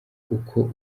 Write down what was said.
uko